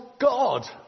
God